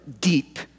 deep